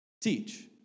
teach